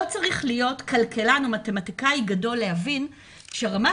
לא צריך להיות כלכלן או מתמטיקאי גדול להבין שרמת